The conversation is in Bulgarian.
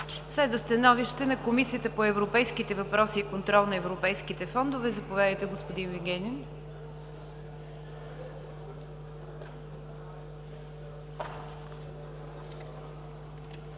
Следва становище на Комисията по европейските въпроси и контрол на европейските фондове. Заповядайте, господин Вигенин.